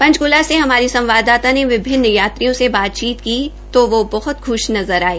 पचंकूला से हमारी संवाददाता ने विभिन्न यात्रियों से बातचीत की तो बहत ख्श नज़र आये